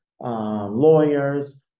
lawyers